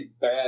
bad